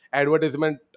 advertisement